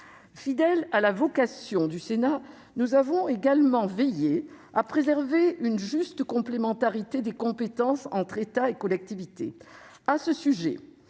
Fidèles à la vocation du Sénat, nous avons également veillé à préserver une juste complémentarité des compétences entre État et collectivités.